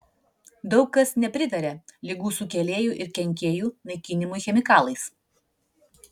daug kas nepritaria ligų sukėlėjų ir kenkėjų naikinimui chemikalais